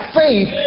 faith